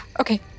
Okay